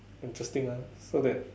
interesting ah so that